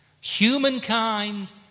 Humankind